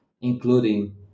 including